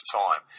time